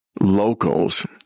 locals